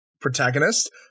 protagonist